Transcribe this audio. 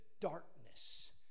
darkness